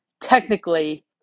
technically